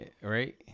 right